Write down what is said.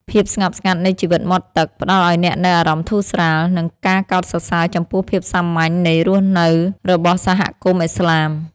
ភាពស្ងប់ស្ងាត់នៃជីវិតមាត់ទឹក ផ្តល់ឱ្យអ្នកនូវអារម្មណ៍ធូរស្រាល និងការកោតសរសើរចំពោះភាពសាមញ្ញនៃរស់នៅរបស់សហគមន៍ឥស្លាម។